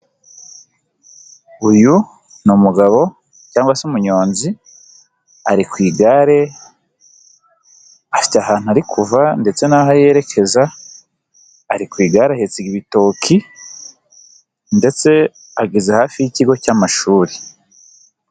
Uyu ni umugabo cyangwa se umunyonzi, ari ku igare, afite ahantu ari kuva ndetse n'aho yerekeza, ari ku igare ahetse ibitoki ndetse ageze hafi y'ikigo cy'amashuri.